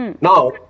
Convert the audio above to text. Now